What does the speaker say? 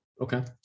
Okay